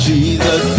Jesus